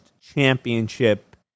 championship